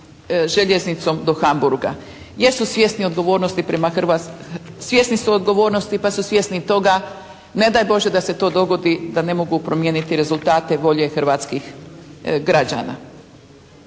željeznicom do Hamburga, jer su svjesni odgovornosti prema Hrvatskoj, svjesni su odgovornosti pa su svjesni i toga, ne daj Bože da se to dogodi da ne mogu promijeniti rezultate i volje hrvatskih građana.